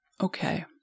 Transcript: Okay